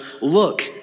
look